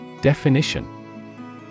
Definition